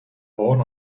horn